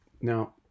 Now